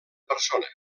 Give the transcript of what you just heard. persona